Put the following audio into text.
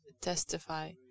testify